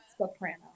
Soprano